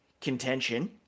contention